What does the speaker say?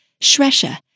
Shresha